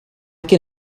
can